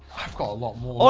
i've got a lot more